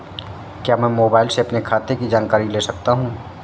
क्या मैं मोबाइल से अपने खाते की जानकारी ले सकता हूँ?